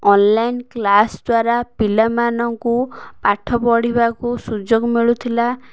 online class ଦ୍ୱାରା ପିଲାମାନଙ୍କୁ ପାଠ ପଢ଼ିବାକୁ ସୁଯୋଗ ମିଳୁଥିଲା